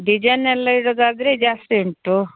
design ಎಲ್ಲ ಇಡುವುದಾದ್ರೆ ಜಾಸ್ತಿ ಉಂಟು